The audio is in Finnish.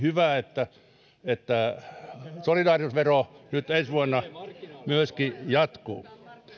hyvä että että solidaarisuusvero nyt ensi vuonna myöskin jatkuu